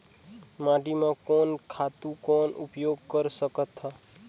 माटी म कोन खातु कौन उपयोग कर सकथन?